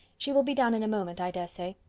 she will be down in a moment, i dare say.